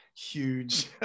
huge